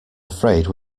afraid